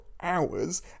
hours